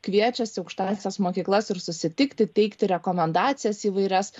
kviečiasi aukštąsias mokyklas ir susitikti teikti rekomendacijas įvairias